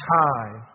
time